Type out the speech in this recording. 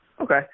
Okay